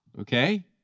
okay